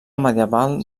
medieval